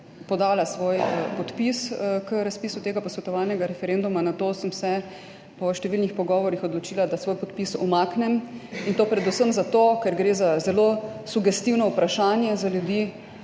podala svoj podpis k razpisu tega posvetovalnega referenduma, nato sem se po številnih pogovorih odločila, da svoj podpis umaknem, in to predvsem zato, ker gre za zelo sugestivno vprašanje za ljudi.